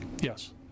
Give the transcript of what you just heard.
Yes